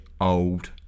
old